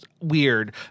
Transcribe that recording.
Weird